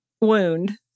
wound